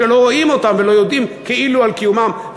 שלא רואים אותם ולא יודעים כאילו על קיומם,